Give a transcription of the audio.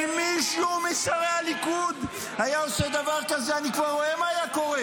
אם מישהו משרי הליכוד היה עושה דבר כזה אני כבר רואה מה היה קורה.